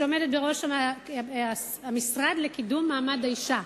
שעומדת בראש המשרד לקידום מעמד האשה?